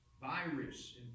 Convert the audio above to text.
virus